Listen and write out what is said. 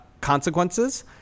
consequences